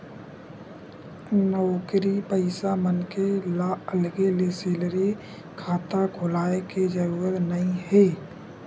नउकरी पइसा मनखे ल अलगे ले सेलरी खाता खोलाय के जरूरत नइ हे